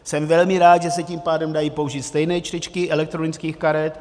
Jsem velmi rád, že se tím pádem dají použít stejné čtečky elektronických karet.